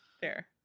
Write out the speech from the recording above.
Fair